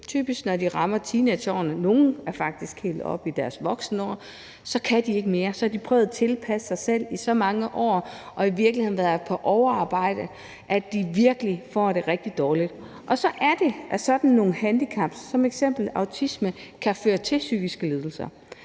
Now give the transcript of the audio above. typisk, når de rammer teenageårene, men for nogles vedkommende er de faktisk helt oppe i deres voksenår – kan de ikke mere; så har de prøvet at tilpasse sig i så mange år og i virkeligheden været på overarbejde, så de virkelig får det rigtig dårligt. Og så er det, at sådan nogle handicaps som f.eks. autisme kan føre til psykiske lidelser,